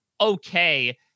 okay